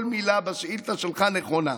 כל מילה בשאילתה שלך נכונה.